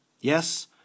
Yes